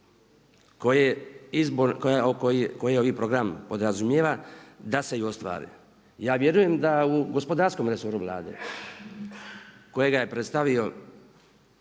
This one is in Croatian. koje ovaj program podrazumijeva da se i ostvare. Ja vjerujem da u gospodarskom resoru Vlade kojega je predstavio